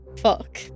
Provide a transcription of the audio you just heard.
Fuck